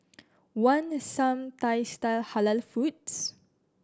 want some Thai style Halal foods